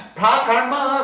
Prakarma